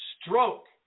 stroke